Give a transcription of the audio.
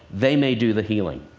they may do the healing.